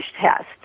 tests